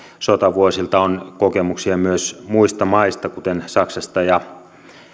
sotavuosilta on kokemuksia myös muista maista kuten saksasta